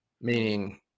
meaning